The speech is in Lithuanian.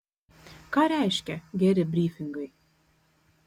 ką reiškia geri brifingai